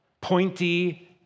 pointy